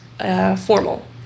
formal